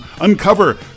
uncover